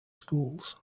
schools